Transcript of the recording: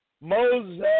Moses